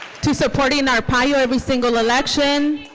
to supporting arpaio every single election,